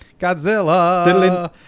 Godzilla